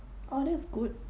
oh that is good